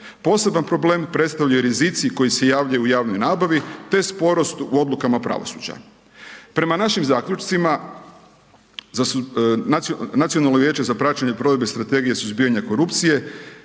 Posebni problem, predstavljaju rizici koji se javljaju u javnoj nabavi te sporost u odlukama pravosuđa. Prema našim zaključcima, Nacionalno vijeće za praćenje provedbe strategije suzbijanja korupcije,